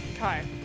Hi